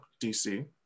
DC